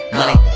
Money